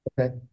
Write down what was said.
Okay